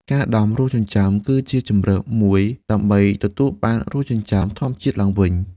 ការដាំរោមចិញ្ចើមគឺជាជម្រើសមួយដើម្បីទទួលបានរោមចិញ្ចើមធម្មជាតិឡើងវិញ។